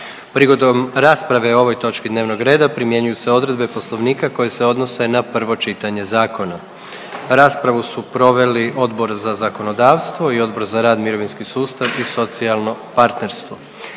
Prigodom rasprave o ovoj točki dnevnog reda primjenjuju se odredbe poslovnika koje se odnose na prvo čitanje zakona. Raspravu su proveli Odbor za zakonodavstvo i Odbor za rad, mirovinski sustav i socijalno partnerstvo.